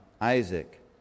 Isaac